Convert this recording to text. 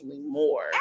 more